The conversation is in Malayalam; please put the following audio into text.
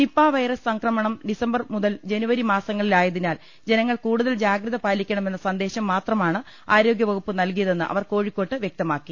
നിപ വൈറസ് സംക്രമണം ഡിസംബർ മുതൽ ജനുവരി മാസങ്ങളിൽ ആയതി നാൽ ജനങ്ങൾ കൂടുതൽ ജാഗ്രത പാലിക്കണമെന്ന സന്ദേശം മാത്ര മാണ് ആരോഗ്യവകുപ്പ് നൽകിയതെന്ന് അവർ കോഴിക്കോട്ട് വൃക്തമാക്കി